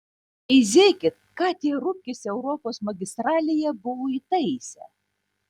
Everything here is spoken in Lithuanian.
veizėkit ką tie rupkės europos magistralėje buvo įtaisę